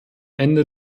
ende